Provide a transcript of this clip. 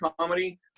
comedy